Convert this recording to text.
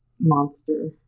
monster